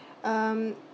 um